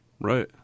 Right